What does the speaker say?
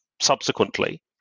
subsequently